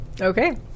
Okay